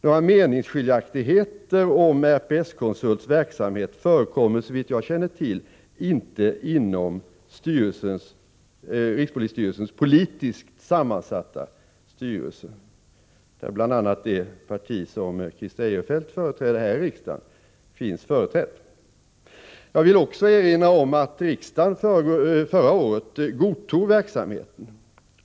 Några meningsskiljaktigheter om RPS-konsults verksamhet förekommer såvitt jag känner till inte inom rikspolisstyrelsens politiskt sammansatta styrelse, där bl.a. det parti som Christer Eirefelt representerar här i riksdagen finns företrätt. Jag vill också erinra om att riksdagen förra året godtog verksamheten.